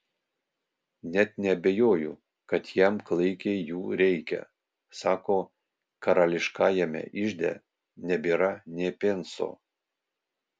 net neabejoju kad jam klaikiai jų reikia sako karališkajame ižde nebėra nė penso